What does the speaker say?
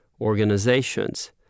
organizations